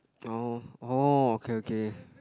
orh oh okay okay